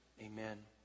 Amen